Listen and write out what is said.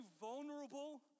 vulnerable